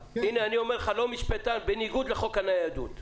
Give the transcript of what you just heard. לא משפטן ואני אומר לך שזה בניגוד לחוק הניידות.